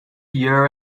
year